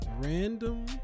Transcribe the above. random